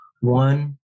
one